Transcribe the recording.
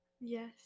Yes